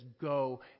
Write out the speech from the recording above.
go